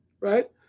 right